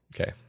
Okay